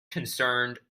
concerned